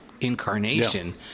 incarnation